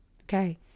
Okay